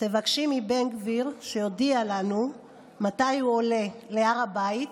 תבקשי מבין גביר שיודיע לנו מתי הוא עולה להר הבית,